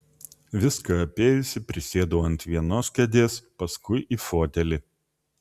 viską apėjusi prisėdau ant vienos kėdės paskui į fotelį